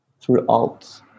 throughout